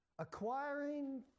Acquiring